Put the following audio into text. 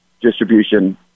distribution